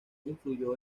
influyó